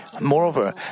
Moreover